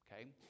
okay